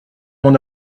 mon